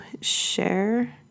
share